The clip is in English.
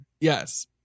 Yes